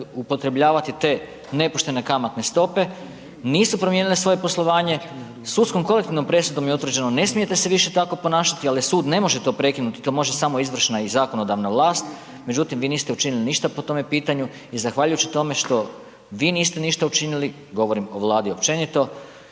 upotrebljavati te nepuštene kamatne stope, nisu promijenile svoje poslovanje, sudskom kolektivnom presudom je utvrđeno ne smijete se više tako ponašati, ali Sud ne može to prekinuti, to može samo izvršna i zakonodavna vlast, međutim vi niste učinili ništa po tome pitanju i zahvaljujući tome što vi niste ništa učinili, govorim o Vladi općenito,